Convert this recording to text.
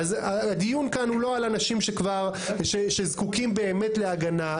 הדיון כאן הוא לא על אנשים שזקוקים באמת להגנה.